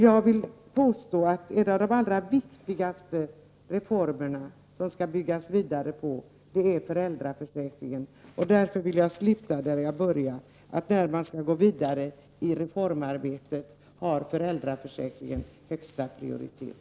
Jag vill påstå att en av de allra viktigaste reformerna att bygga vidare på är föräldra försäkringen. Jag vill sluta som jag började med att säga att föräldraförsäkringen har högsta prioritet i det kommande reformarbetet.